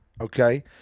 Okay